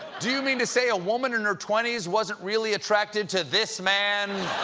do you mean to say a woman in her twenties wasn't really attracted to this man?